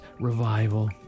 revival